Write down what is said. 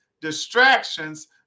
distractions